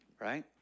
Right